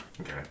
Okay